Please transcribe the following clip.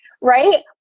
Right